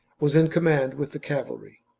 was in command with the cavalry.